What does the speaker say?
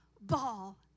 ball